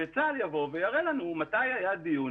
שצבא הגנה לישראל יבוא ויראה לנו מתי היה דיון,